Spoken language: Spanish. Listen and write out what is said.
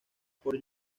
por